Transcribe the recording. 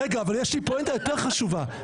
אבל יש לי פואנטה יותר חשובה,